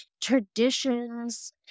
traditions